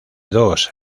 dos